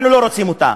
אנחנו לא רוצים אותה.